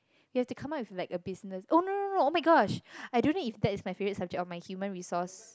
you have to come up with like a business oh no no no oh-my-gosh I don't know if that's my favourite subject or my human resource